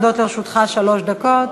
עומדות לרשותך שלוש דקות.